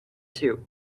two